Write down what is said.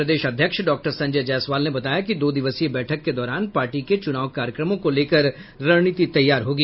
प्रदेश अध्यक्ष डॉक्टर संजय जायसवाल ने बताया कि दो दिवसीय बैठक के दौरान पार्टी के चुनाव कार्यक्रमों को लेकर रणनीति तैयार होगी